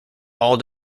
all